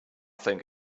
think